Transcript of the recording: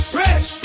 rich